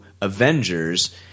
Avengers